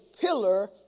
pillar